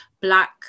black